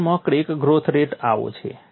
અસલમાં crack growth rate આવો છે